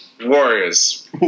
Warriors